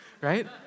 right